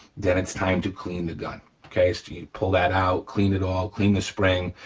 then it's time to clean the gun. okay, so you pull that out, clean it all, clean the spring,